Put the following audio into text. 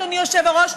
אדוני היושב-ראש,